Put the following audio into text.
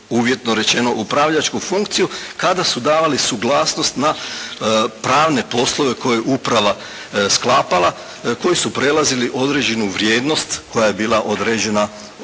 uvjetno rečeno upravljačku funkciju kada su davali suglasnost na pravne poslove koje je uprava sklapala, koji su prelazili određenu vrijednost koja je bila određena u statutu.